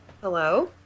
Hello